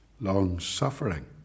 long-suffering